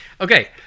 Okay